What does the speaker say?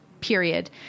period